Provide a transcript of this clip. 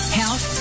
health